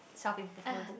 self improvement book